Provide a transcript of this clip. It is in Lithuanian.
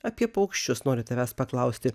apie paukščius noriu tavęs paklausti